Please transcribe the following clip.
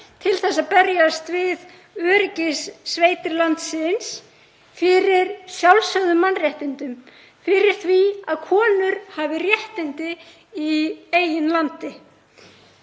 til að berjast við öryggissveitir landsins fyrir sjálfsögðum mannréttindum, fyrir því að konur hafi réttindi í eigin landi.